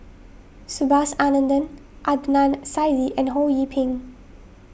Subhas Anandan Adnan Saidi and Ho Yee Ping